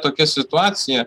tokia situacija